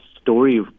story